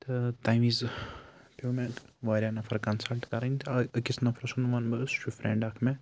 تہٕ تَمہِ وِزِ پیٚو مےٚ واریاہ نفر کَنسَلٹ کَرٕںۍ تہٕ أکِس نفرٕ سُنٛد وَنہٕ بہٕ سُہ چھُ فرٛٮ۪نٛڈ اَکھ مےٚ